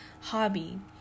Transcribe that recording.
hobby